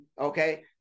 okay